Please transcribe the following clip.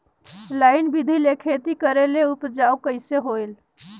Line बिधी ले खेती करेले उपजाऊ कइसे होयल?